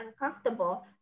uncomfortable